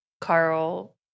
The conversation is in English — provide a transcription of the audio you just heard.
Carl